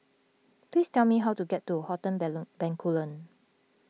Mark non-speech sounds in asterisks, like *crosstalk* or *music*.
please tell me how to get to Hotel *unintelligible* Bencoolen